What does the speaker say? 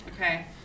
okay